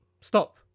Stop